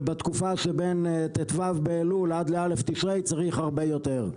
ובתקופה שבין ט"ו באלול ועד לא' בתשרי צריך הרבה יותר.